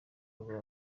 rwa